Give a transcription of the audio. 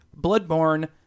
Bloodborne